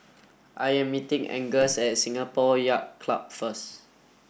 I am meeting Angus at Singapore Yacht Club first